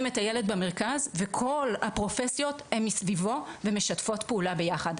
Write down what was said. את הילד במרכז וכל הפרופסיות הן מסביבו ומשתפות פעולה ביחד,